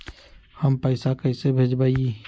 हम पैसा कईसे भेजबई?